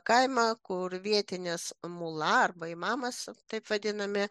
kaimą kur vietinis mula arba imamas taip vadinami